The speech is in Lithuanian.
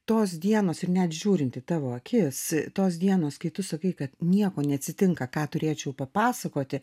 tos dienos ir net žiūrint į tavo akis tos dienos kai tu sakai kad nieko neatsitinka ką turėčiau papasakoti